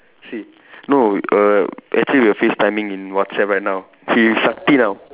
see no err actually we are facetiming in WhatsApp right now he with Sakthi now